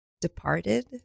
departed